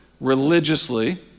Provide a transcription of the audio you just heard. religiously